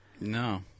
No